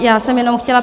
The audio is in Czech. Já jsem jenom chtěla...